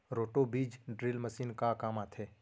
Roto बीज drill machine का काम आथे?